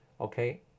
Okay